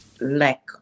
lack